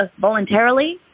voluntarily